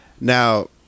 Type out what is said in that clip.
now